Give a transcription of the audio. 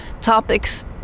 topics